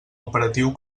operatiu